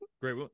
Great